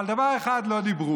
אבל על דבר אחד לא דיברו.